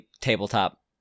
tabletop